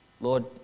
Lord